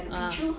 ah